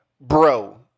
bro